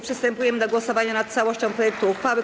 Przystępujemy do głosowania nad całością projektu uchwały.